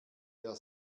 der